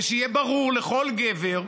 ושיהיה ברור לכל גבר,